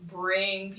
bring